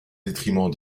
détriment